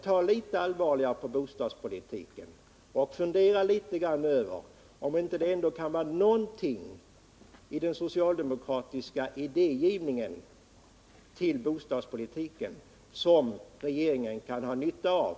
Ta litet allvarligare på bostadspolitiken och fundera litet över om det ändå inte kan vara någonting i den socialdemokratiska idégivningen i fråga om bostadspolitiken som regeringen kan ha nytta av!